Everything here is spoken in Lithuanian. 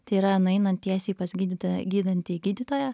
tai yra nueinant tiesiai pas gydytoją gydantį gydytoją